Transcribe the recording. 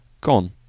gone